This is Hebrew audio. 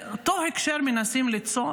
אותו הקשר מנסים ליצור